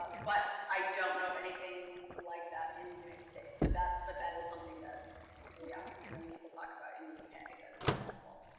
ah but i don't know of anything like that in the united states, but that but that is something that yeah many people talk about in the that has been helpful.